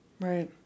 Right